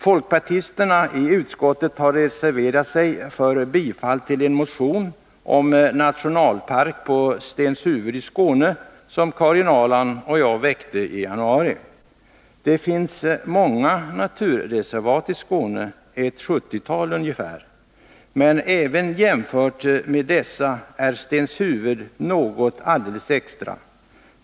Folkpartisterna i utskottet har reserverat sig för bifall till en motion om nationalpark på Stenshuvud i Skåne, som Karin Ahrland och jag väckte i januari. Det finns många naturreservat i Skåne — ett sjuttiotal. Men även jämfört med dessa är Stenshuvud något alldeles extra.